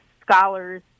scholars